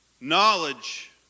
knowledge